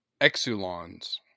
exulons